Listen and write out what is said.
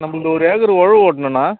நம்மளுது ஒரு ஏக்கர் உழவு ஓட்டணுண்ணா